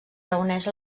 reuneix